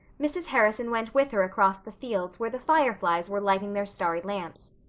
mrs. harrison went with her across the fields where the fireflies were lighting their starry lamps.